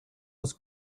was